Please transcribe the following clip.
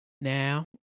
Now